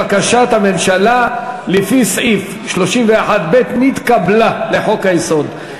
בקשת הממשלה לפי סעיף 31(ב) לחוק-היסוד נתקבלה.